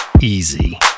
easy